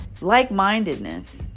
like-mindedness